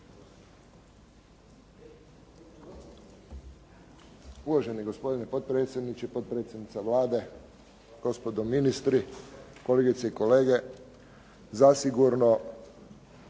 Uvaženi gospodine predsjedniče, potpredsjednice Vlade, gospodo ministri, kolegice i kolege. Zasigurno